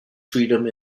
freedom